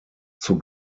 zur